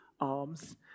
arms